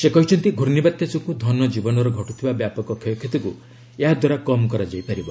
ସେ କହିଛନ୍ତି ଘୂର୍ଷ୍ଣିବାତ୍ୟା ଯୋଗୁଁ ଧନଜୀବନର ଘଟୁଥିବା ବ୍ୟାପକ କ୍ଷୟକ୍ଷତିକୁ ଏହାଦ୍ୱାରା କମ୍ କରାଯାଇ ପାରିବ